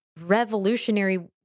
revolutionary